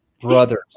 Brothers